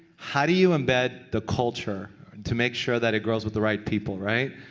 how do you embed the culture to make sure that it grows with the right people, right?